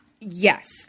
Yes